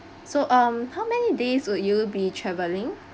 so um how many days would you be travelling